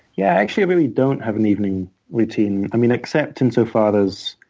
yeah, i actually really don't have an evening routine. i mean, except insofar as